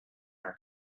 our